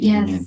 Yes